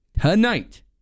tonight